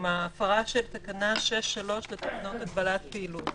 הפרה של תקנה 6(3) לתקנות הגבלת פעילות.